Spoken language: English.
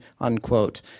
unquote